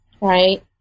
right